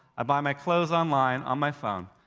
i buy my clothes online on my phone,